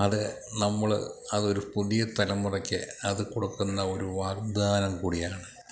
അതു നമ്മൾ അതൊരു പുതിയ തലമുറക്ക് അതു കൊടുക്കുന്ന ഒരു വാഗ്ദാനം കൂടിയാണ്